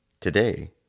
Today